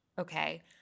Okay